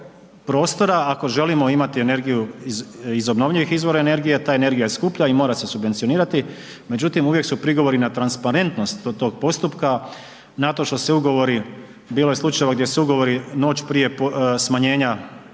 ako želimo imati energiju iz obnovljivih izvora energije, ta energija je skuplja i mora se subvencionirati, međutim uvijek su prigovori na transparentnost tog postupka na to što se ugovori, bilo je slučajeva gdje se ugovori noć prije smanjenja tarifa